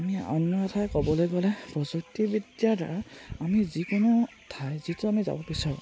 আমি অন্য এটা ক'বলৈ গ'লে প্ৰযুক্তিবিদ্যাৰ দ্বাৰা আমি যিকোনো ঠাই যিটো আমি যাব বিচাৰোঁ